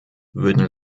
würden